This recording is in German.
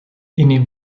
indem